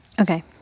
Okay